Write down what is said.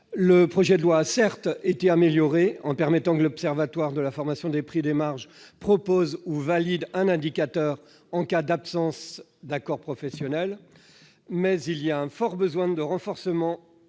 Le projet de loi a, certes, été amélioré en permettant que l'Observatoire propose ou valide un indicateur, en cas d'absence d'accord professionnel. Mais il y a un fort besoin de renforcement